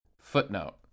Footnote